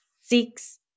six